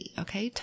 okay